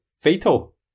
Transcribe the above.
fatal